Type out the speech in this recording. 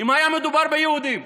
אם היה מדובר ביהודים.